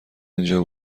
اینجا